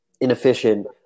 inefficient